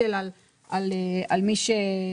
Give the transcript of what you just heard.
כלי לתמרוץ לאנשים להישאר בשוק העבודה.